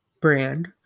Brand